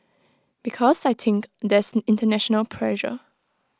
because I think there's International pressure